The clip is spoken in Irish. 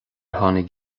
tháinig